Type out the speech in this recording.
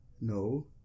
No